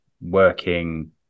working